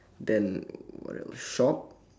then what else shop